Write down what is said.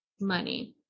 money